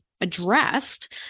addressed